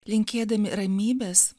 linkėdami ramybės